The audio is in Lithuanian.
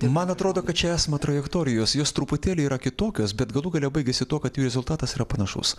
man atrodo kad čia esama trajektorijos jūs truputėlį yra kitokios bet galų gale baigiasi tuo kad jų rezultatas yra panašus